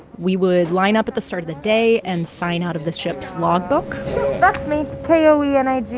we would line up at the start of the day and sign out of the ship's logbook that's me. k o e n i g,